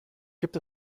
gibt